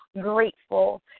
grateful